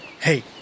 Hey